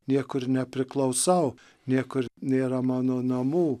niekur nepriklausau niekur nėra mano namų